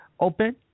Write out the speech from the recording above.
open